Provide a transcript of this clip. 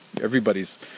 everybody's